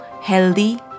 healthy